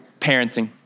parenting